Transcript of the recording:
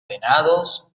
venados